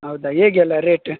ಹೌದಾ ಹೇಗೆಲ್ಲ ರೇಟ